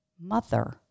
mother